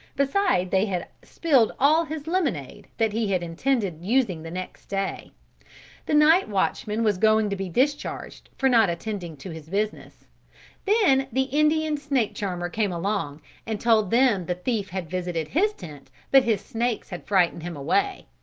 beside they had spilled all his lemonade that he had intended using the next day the night watchman was going to be discharged for not attending to his business then the indian snake charmer came along and told them the thief had visited his tent but his snakes had frightened him away.